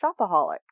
shopaholic